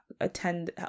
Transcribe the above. attend